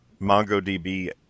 MongoDB